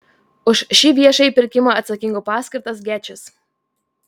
už šį viešąjį pirkimą atsakingu paskirtas gečis